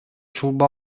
ҫулпа